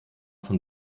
von